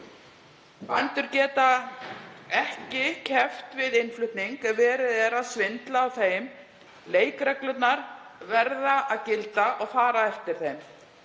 Bændur geta ekki keppt við innflutning ef verið er að svindla á þeim. Leikreglurnar verða að gilda og fara verður eftir þeim.